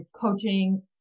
coaching